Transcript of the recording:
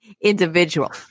individual